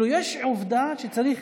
יש עובדה שצריך